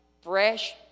fresh